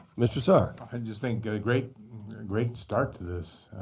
mr. saar. i just think great great start to this.